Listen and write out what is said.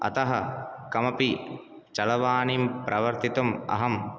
अतः कमपि चलवाणीं प्रवर्तितुम् अहं